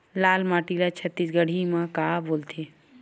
लाल माटी ला छत्तीसगढ़ी मा का बोलथे?